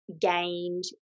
gained